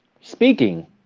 speaking